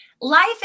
life